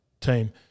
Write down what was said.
team